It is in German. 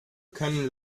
können